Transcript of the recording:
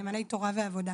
נאמני תורה ועבודה.